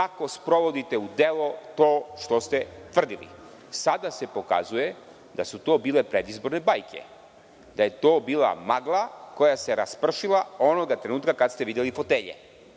kako sprovodite u delo to što ste tvrdili. Sada se pokazuje da su to bile predizborne bajke, da je to bila magla koja se raspršila onog trenutka kada ste videli fotelje.